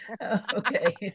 Okay